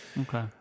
Okay